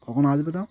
কখন আসবে তাও